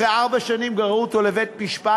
אחרי ארבע שנים גררו אותו לבית-משפט,